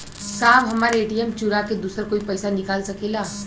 साहब हमार ए.टी.एम चूरा के दूसर कोई पैसा निकाल सकेला?